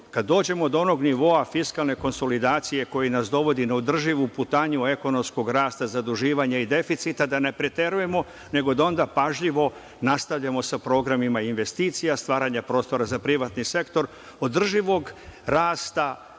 kada dođemo do onog nivoa fiskalne konsolidacije koji nas dovodi na održivu putanju ekonomskog rasta, zaduživanja i deficita da ne preterujemo, nego da onda pažljivo nastavljamo sa programima investicija, stvaranja programa za privatni sektor, održivog rasta